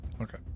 Okay